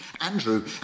Andrew